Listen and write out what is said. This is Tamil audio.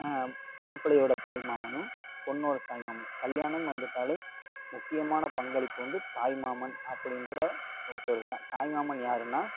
மாப்பிளையோடய தாய்மாமனும் பொண்ணோடய தாய்மாமன் கல்யாணம்னு வந்துவிட்டாலே முக்கியமான பங்களிப்பு வந்து தாய்மாமன் அப்படின்ற ஒருத்தர்தான் தாய்மாமன் யாருன்னால்